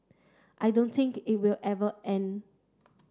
I don't think it will ever end